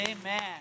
Amen